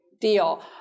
deal